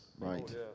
right